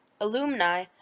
alumni